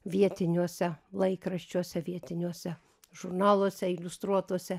vietiniuose laikraščiuose vietiniuose žurnaluose iliustruotose